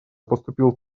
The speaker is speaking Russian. поступил